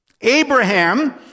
Abraham